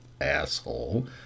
asshole